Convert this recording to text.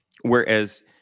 Whereas